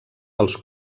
als